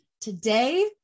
Today